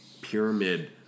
pyramid